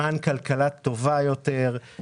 למען כלכלה טובה יותר,